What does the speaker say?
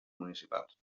municipals